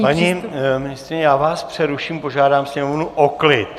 Paní ministryně, já vás přeruším, požádám sněmovnu o klid.